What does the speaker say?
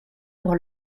pour